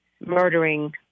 murdering